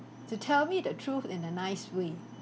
to tell me the truth in a nice way